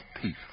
peace